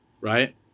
right